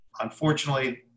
Unfortunately